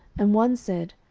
and one said,